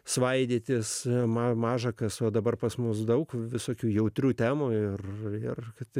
svaidytis man maža kas o dabar pas mus daug visokių jautrių temų ir ir kad